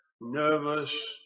nervous